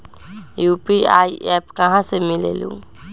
UPI app कहा से मिलेलु?